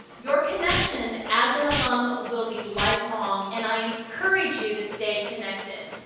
your connection as an alum will be lifelong and i encourage you to stay connected.